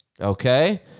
okay